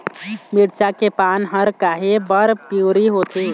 मिरचा के पान हर काहे बर पिवरी होवथे?